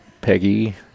Peggy